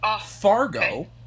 Fargo